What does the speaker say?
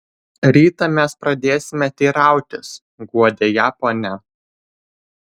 rytą mes pradėsime teirautis guodė ją ponia